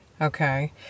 Okay